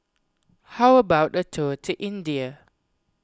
how about a tour to India